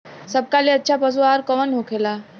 सबका ले अच्छा पशु आहार कवन होखेला?